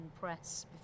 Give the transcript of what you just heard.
press